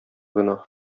гөнаһ